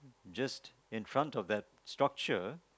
just in front of that structure